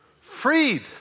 Freed